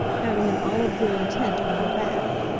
having an olive-green tint on her back.